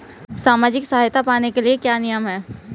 सामाजिक सहायता पाने के लिए क्या नियम हैं?